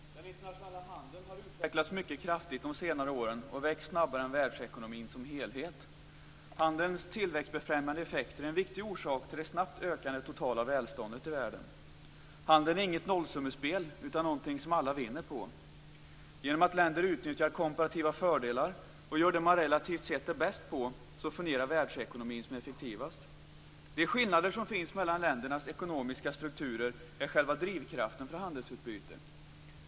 Fru talman! Den internationella handeln har utvecklats mycket kraftigt de senare åren och växt snabbare än världsekonomin som helhet. Handelns tillväxtbefrämjande effekter är en viktig orsak till det snabbt ökande totala välståndet i världen. Handeln är inget nollsummespel, utan någonting som alla vinner på. Genom att länder utnyttjar komparativa fördelar och gör det man relativt sett är bäst på fungerar världsekonomin som effektivast. De skillnader som finns mellan ländernas ekonomiska strukturer är själva drivkraften för handelsutbyte.